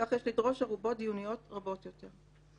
כך יש לדרוש ערובות דיוניות רבות יותר.